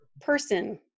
person